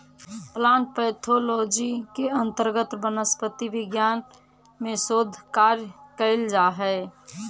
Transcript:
plant pathology के अंतर्गत वनस्पति विज्ञान में शोध कार्य कैल जा हइ